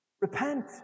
Repent